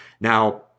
Now